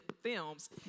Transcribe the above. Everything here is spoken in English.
films